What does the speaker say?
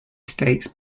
stakes